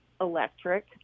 electric